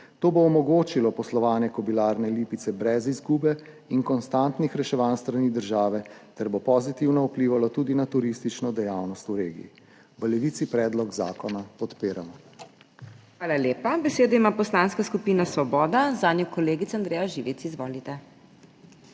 To bo omogočilo poslovanje Kobilarne Lipica brez izgube in konstantnih reševanj s strani države ter bo pozitivno vplivalo tudi na turistično dejavnost v regiji. V Levici predlog zakona podpiramo. **PODPREDSEDNICA MAG. MEIRA HOT:** Hvala lepa. Besedo ima Poslanska skupina Svoboda, zanjo kolegica Andreja Živic. Izvolite.